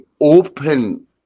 open